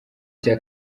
cya